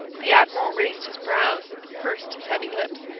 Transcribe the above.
the admiral raised his brows and pursed his heavy lips.